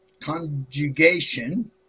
conjugation